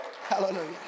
hallelujah